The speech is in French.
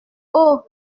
haut